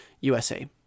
USA